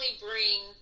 bring